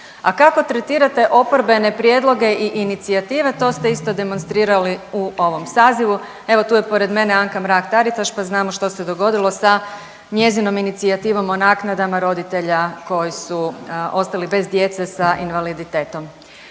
A kako tretirate oporbene prijedloge i inicijative, to ste isto demonstrirali u ovom sazivu. Evo tu je pored mene Anka Mrak Taritaš pa znamo što se dogodilo sa njezinom inicijativom o naknadama roditelja koji su ostali bez djece sa invaliditetom.